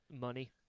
money